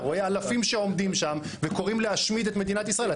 אתה רואה אלפים שעומדים שם וקוראים להשמיד את מדינת ישראל.